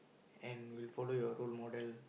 and will follow your role model